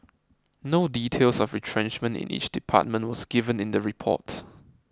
no details of retrenchment in each department was given in the report